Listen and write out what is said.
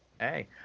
Hey